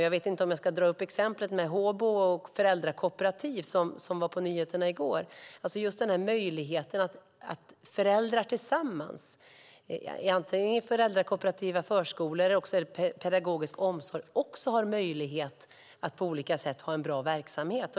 Jag vet inte om jag ska dra exemplet med Håbo och föräldrakooperativ som togs upp på nyheterna i går. Det handlar alltså om möjligheten för föräldrar att tillsammans bedriva föräldrakooperativa förskolor eller pedagogisk omsorg och på olika sätt ha en bra verksamhet.